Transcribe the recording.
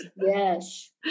yes